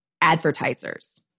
advertisers